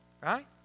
Right